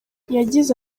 yagize